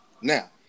Now